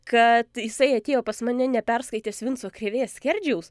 kad jisai atėjo pas mane neperskaitęs vinco krėvės skerdžiaus